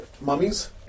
mummies